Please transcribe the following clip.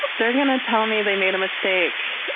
they're gonna tell me they made a mistake.